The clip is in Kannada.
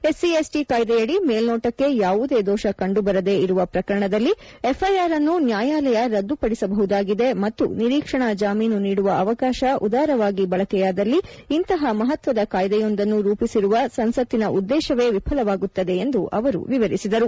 ಎಸ್ಸಿ ಎಸ್ಟಿ ಕಾಯ್ದೆಯಡಿ ಮೇಲ್ನೋಟಕ್ಕೆ ಯಾವುದೇ ದೋಷ ಕಂಡು ಬರದೇ ಇರುವ ಪ್ರಕರಣದಲ್ಲಿ ಎಫ್ಐಆರ್ಅನ್ನು ನ್ವಾಯಾಲಯ ರದ್ದುಪಡಿಸಬಹುದಾಗಿದೆ ಮತ್ತು ನಿರೀಕ್ಷಣಾ ಜಾಮೀನು ನೀಡುವ ಅವಕಾಶ ಉದಾರವಾಗಿ ಬಳಕೆಯಾದಲ್ಲಿ ಇಂತಹ ಮಹತ್ವದ ಕಾಯ್ದೆಯೊಂದನ್ನು ರೂಪಿಸಿರುವ ಸಂಸತ್ತಿನ ಉದ್ದೇಶವೇ ವಿಫಲವಾಗುತ್ತದೆ ಎಂದು ಅವರು ವಿವರಿಸಿದರು